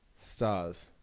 stars